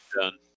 done